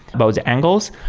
about the angles.